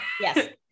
Yes